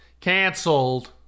Canceled